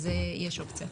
אז יש אופציה.